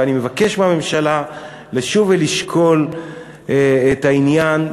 ואני מבקש מהממשלה לשוב ולשקול את העניין,